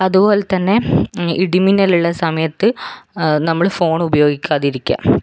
അതുപോലെ തന്നെ ഇടിമിന്നലുള്ള സമയത്ത് നമ്മൾ ഫോൺ ഉപയോഗിക്കാതിരിക്കുക